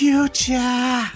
Future